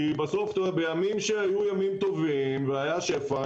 כי בימים שהיו ימים טובים והיה שפע,